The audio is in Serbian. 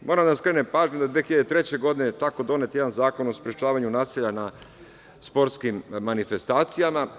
Moram da vam skrenem pažnju da je 2003. godine donet jedan zakon o sprečavanju nasilja na sportskim manifestacijama.